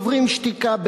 "שוברים שתיקה",